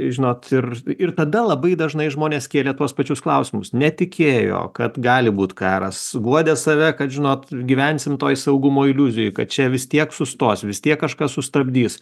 žinot ir ir tada labai dažnai žmonės kėlė tuos pačius klausimus netikėjo kad gali būt karas guodė save kad žinot gyvensim toj saugumo iliuzijoj kad čia vis tiek sustos vis tiek kažkas sustabdys